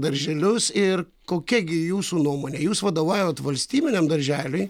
darželius ir kokia gi jūsų nuomone jūs vadovaujat valstybiniam darželiui